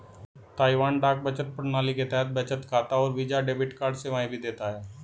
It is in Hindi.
ताइवान डाक बचत प्रणाली के तहत बचत खाता और वीजा डेबिट कार्ड सेवाएं भी देता है